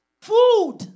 food